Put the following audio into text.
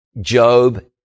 Job